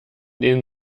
den